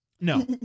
No